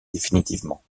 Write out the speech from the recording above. définitivement